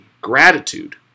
gratitude